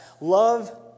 Love